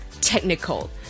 technical